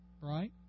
right